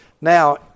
Now